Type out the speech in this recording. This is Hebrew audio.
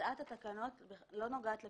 הצעת התקנות לא נוגעת לפיקוח.